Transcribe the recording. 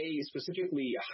specifically